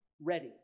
ready